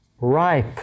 ripe